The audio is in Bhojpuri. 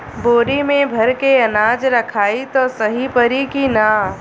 बोरी में भर के अनाज रखायी त सही परी की ना?